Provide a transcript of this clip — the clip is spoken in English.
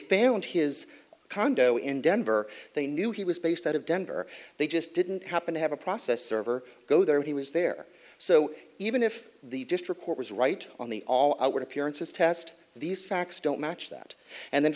found his condo in denver they knew he was based out of denver they just didn't happen to have a process server go there he was there so even if the district court was right on the all outward appearances test these facts don't match that and then